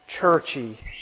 churchy